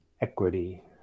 equity